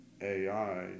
ai